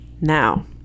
Now